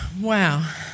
Wow